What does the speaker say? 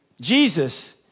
Jesus